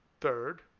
Third